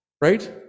right